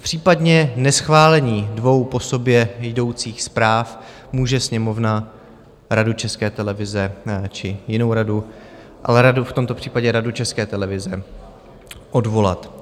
V případě neschválení dvou po sobě jdoucích zpráv může Sněmovna Radu České televize či jinou radu, ale radu, v tomto případě Radu České televize, odvolat.